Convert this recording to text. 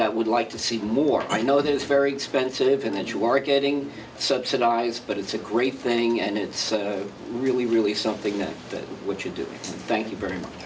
that would like to see more i know that it's very expensive in that you are getting subsidized but it's a great thing and it's really really something that what you do thank you very much